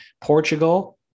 Portugal